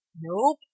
Nope